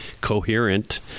coherent